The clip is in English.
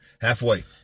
Halfway